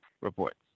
reports